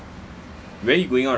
mm